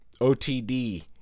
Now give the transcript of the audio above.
OTD